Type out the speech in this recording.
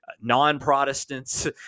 non-protestants